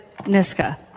Niska